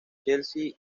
chelsea